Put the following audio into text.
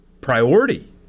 priority